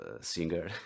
singer